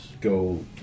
Go